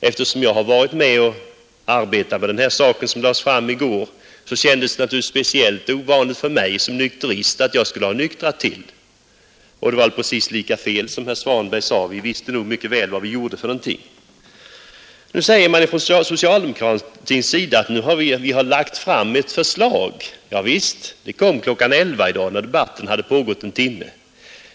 Eftersom jag har arbetat med det förslag som lades fram i går, kändes det naturligtvis speciellt ovanligt för mig såsom nykterist att ha nyktrat till. Det var fullständigt fel som herr Svanberg sade. Vi visste nog mycket väl vad vi gjorde. Nu påstår socialdemokraterna att de har lagt fram ett förslag. Javisst, det kom klockan elva i dag, när debatten hade pågått en timme.